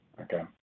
Okay